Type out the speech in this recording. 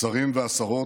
השרים והשרות,